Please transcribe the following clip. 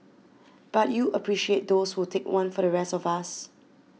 but you appreciate those who would take one for the rest of us